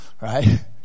Right